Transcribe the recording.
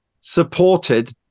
supported